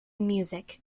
music